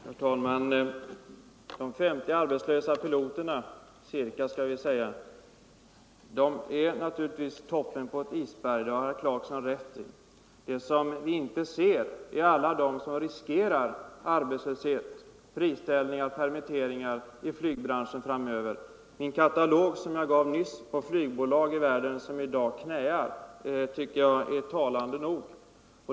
Herr talman! De ca 50 arbetslösa piloterna är naturligtvis toppen av ett isberg. Det har herr Clarkson rätt i. Vad vi inte ser är alla de anställda inom flygbranschen som riskerar arbetslöshet och permitteringar framöver. Den katalog som jag nyss gav över flygbolag i världen som i dag knäar är talande nog.